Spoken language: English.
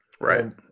Right